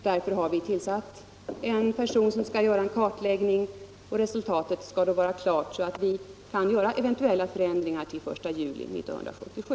Därför har vi tillsatt en person som skall göra en kartläggning. Resultatet härav skall framläggas i sådan tid att vi kan göra eventuella förändringar till den 1 juli 1977.